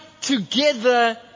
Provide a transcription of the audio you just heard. together